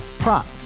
Prop